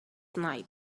night